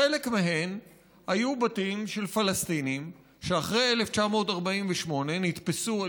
חלק מהן היו בתים של פלסטינים שאחרי 1948 נתפסו על